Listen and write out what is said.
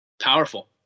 Powerful